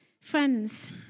Friends